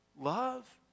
Love